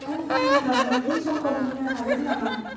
नों आंनो लन्दननि समखौ बुंनो हागोन नामा